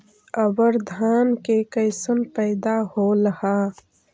अबर धान के कैसन पैदा होल हा?